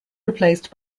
replaced